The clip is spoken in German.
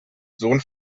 sohn